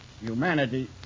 humanity